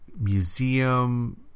Museum